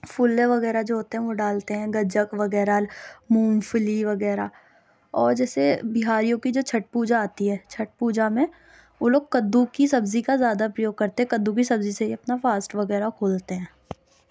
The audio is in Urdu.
فولے وغیرہ جو ہوتے ہیں وہ ڈالتے ہیں گجک وغیرہ مونگ پھلی وغیرہ اور جیسے بِہاریوں کی جو چھٹ پوجا آتی ہے چھٹ پوجا میں وہ لوگ کدّو کی سبزی کا زیادہ پریوگ کرتے ہیں کدّو کی سبزی سے ہی اپنا فاسٹ وغیرہ کھولتے ہیں